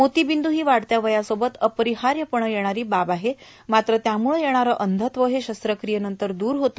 मोर्ताबंद् हो वाढत्या वयासोबत अर्पारहायपणे येणारो बाब आहे मात्र त्यामुळ येणारे अंधत्व हे शस्त्रक्रियेनंतर दूर होते